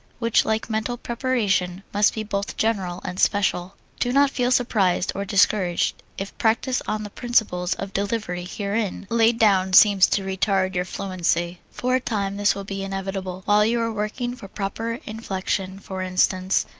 which, like mental preparation, must be both general and special. do not feel surprised or discouraged if practise on the principles of delivery herein laid down seems to retard your fluency. for a time, this will be inevitable. while you are working for proper inflection, for instance,